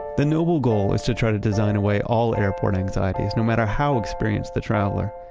the noble goal is to try to design away all airport anxieties, no matter how experienced the traveler.